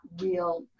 real